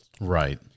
Right